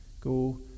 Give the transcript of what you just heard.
go